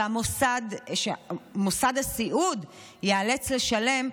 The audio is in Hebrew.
שמוסד הסיעוד ייאלץ לשלם,